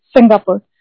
Singapore